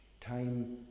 time